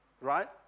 right